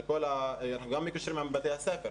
אנחנו גם בקשר עם בתי הספר,